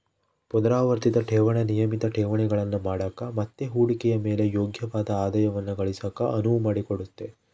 ಪುನರಾವರ್ತಿತ ಠೇವಣಿ ನಿಯಮಿತ ಠೇವಣಿಗಳನ್ನು ಮಾಡಕ ಮತ್ತೆ ಹೂಡಿಕೆಯ ಮೇಲೆ ಯೋಗ್ಯವಾದ ಆದಾಯವನ್ನ ಗಳಿಸಕ ಅನುವು ಮಾಡಿಕೊಡುತ್ತೆ